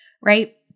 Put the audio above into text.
right